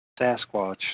Sasquatch